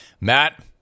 Matt